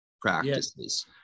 practices